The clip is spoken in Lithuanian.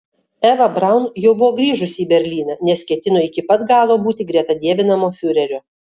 eva braun jau buvo grįžusi į berlyną nes ketino iki pat galo būti greta dievinamo fiurerio